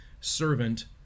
servant